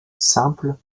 simple